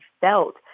felt